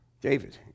David